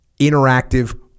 interactive